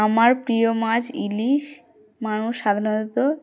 আমার প্রিয় মাছ ইলিশ মানুষ সাধারণত